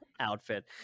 outfit